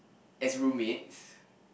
as roommates